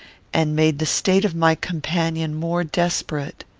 and made the state of my companion more desperate.